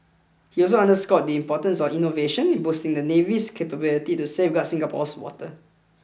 he also underscored the importance of innovation in boosting the navy's capabilities to safeguard Singapore's waters